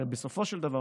הרי בסופו של דבר,